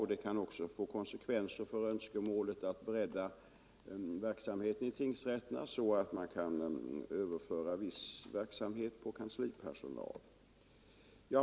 Det kan också få konsekvenser för önskemålet att bredda verksamheten i tingsrätterna så att vissa arbetsuppgifter kan överföras på kanslipersonal.